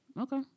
Okay